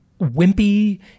wimpy